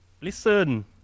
listen